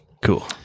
Cool